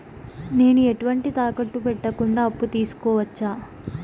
నేను ఎటువంటి తాకట్టు పెట్టకుండా అప్పు తీసుకోవచ్చా?